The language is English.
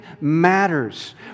matters